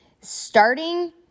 starting